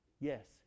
Yes